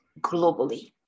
globally